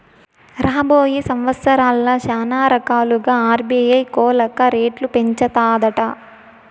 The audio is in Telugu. రాబోయే సంవత్సరాల్ల శానారకాలుగా ఆర్బీఐ కోలక రేట్లు పెంచతాదట